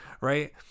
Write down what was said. right